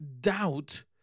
doubt